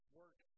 work